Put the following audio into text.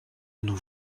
nous